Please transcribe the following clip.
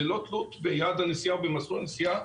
ואומר: ללא תלות ביעד הנסיעה ובמסלול הנסיעה,